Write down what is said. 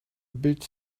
bit